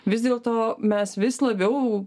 vis dėlto mes vis labiau